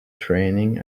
training